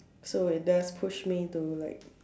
so it does push me to like